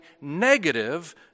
negative